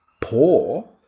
poor